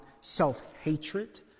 self-hatred